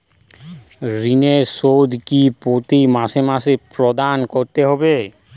ঋণের সুদ কি প্রতি মাসে মাসে প্রদান করতে হবে?